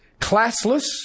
classless